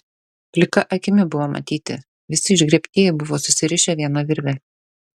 plika akimi buvo matyti visi išgriebtieji buvo susirišę viena virve